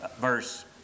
verse